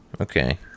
Okay